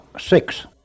six